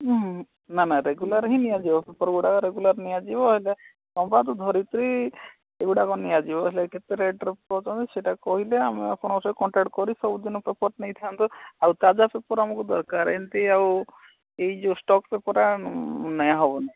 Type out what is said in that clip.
ଉଁ ନା ନା ରେଗୁଲାର ହିଁ ନିଆଯିବ ପେପର୍ ଗୁଡ଼ାକ ରେଗୁଲାର ନିଆଯିବ ହେଲେ ସମ୍ବାଦ ଧରିତ୍ରୀ ଏଗୁଡ଼ାକ ନିଆଯିବ ହେଲେ କେତେ ରେଟ୍ରେ କହୁଛନ୍ତି ସେଇଟା କହିଲେ ଆମେ ଆପଣଙ୍କ ସହ କଣ୍ଟାକ୍ଟ କରି କେଉଁଦିନ ପେପର୍ ନେଇଥାନ୍ତୁ ଆଉ ତାଜା ପେପର୍ ଆମକୁ ଦରକାର ଏମତି ଆଉ ଏଇ ଯେଉଁ ଷ୍ଟକ୍ ପେପର୍ ନାଇଁ ହେବନି